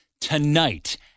tonight